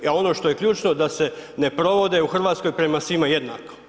A ono što je ključno da se ne provode u Hrvatskoj prema svima jednako.